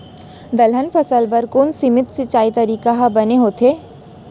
दलहन फसल बर कोन सीमित सिंचाई तरीका ह बने होथे?